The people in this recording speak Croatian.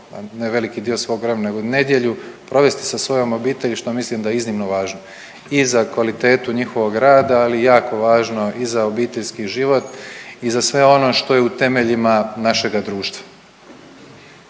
ne veliki dio svog vremena nego nedjelju provesti sa svojom obitelji što mislim da je iznimno važno i za kvalitetu njihovog rada, ali jako važno i za obiteljski život i za sve ono što je u temeljima našega društva.